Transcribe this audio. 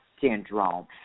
syndrome